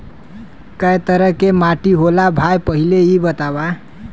कै तरह के माटी होला भाय पहिले इ बतावा?